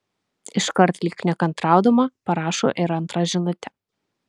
iškart lyg nekantraudama parašo ir antrą žinutę